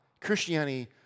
Christianity